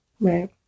Right